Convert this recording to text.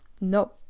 no